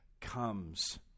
comes